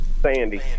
Sandy